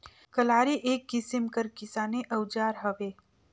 कलारी एक किसिम कर किसानी अउजार हवे